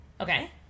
Okay